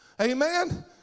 amen